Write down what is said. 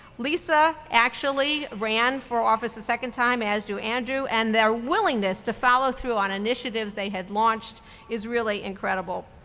lisa actually ran for office a second time, as do andrew, and their willingness to follow through on initiatives they had launched is really incredible.